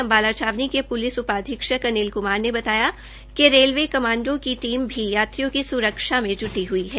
अम्बाला छावनी रेलवे क पूलिस उपाधिक्षक अनिल कुमार ने बतायाकि रेलवे कमांडो की टीम भी यात्रियों की स्रक्षा में ज्टी हड् है